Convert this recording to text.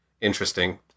interesting